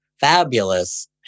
fabulous